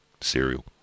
cereal